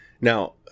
Now